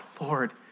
Lord